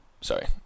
sorry